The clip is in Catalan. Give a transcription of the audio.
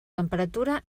temperatura